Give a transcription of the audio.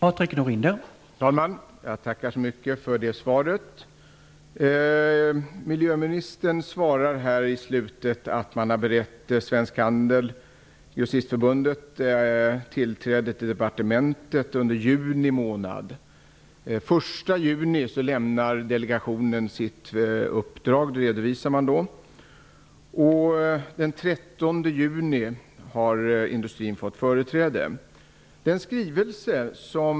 Herr talman! Jag tackar så mycket för det svaret. Miljöministern säger i slutet av svaret att man har berett Grossistförbundet Svensk Handel tillträde till departementet under juni månad. Den 1 juni redovisar delegationen sitt uppdrag. Den 13 juni har industrin fått företräde.